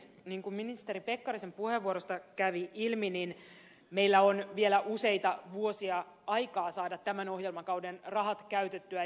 niin kuin ministeri pekkarisen puheenvuorosta kävi ilmi meillä on vielä useita vuosia aikaa saada tämän ohjelmakauden rahat käytettyä